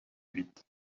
huit